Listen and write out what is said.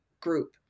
group